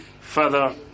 further